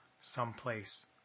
someplace